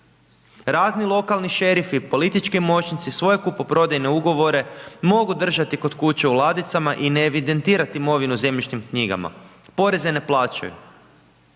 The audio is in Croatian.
razni lokalni šerifi, politički moćnici, svoje kupoprodajne ugovore, mogu držati kod kuće u ladicama i ne evidentirati imovinu u zemljišnim knjigama. Poreze ne plaćaju.